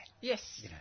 Yes